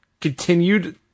continued